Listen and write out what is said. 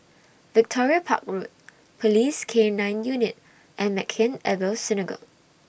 Victoria Park Road Police K nine Unit and Maghain Aboth Synagogue